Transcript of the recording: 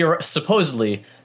supposedly